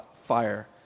fire